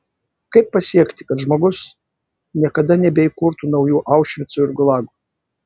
kaip pasiekti kad žmogus niekada nebeįkurtų naujų aušvicų ir gulagų